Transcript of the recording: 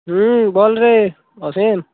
হুম বল রে অসীম